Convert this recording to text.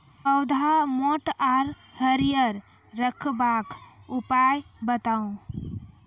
पौधा मोट आर हरियर रखबाक उपाय बताऊ?